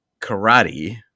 karate